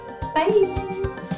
Bye